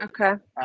Okay